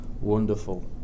wonderful